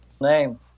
name